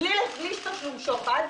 בלי תשלום שוחד,